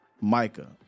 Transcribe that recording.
Micah